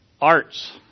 Arts